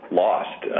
lost